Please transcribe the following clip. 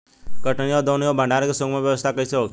कटनी और दौनी और भंडारण के सुगम व्यवस्था कईसे होखे?